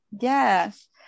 Yes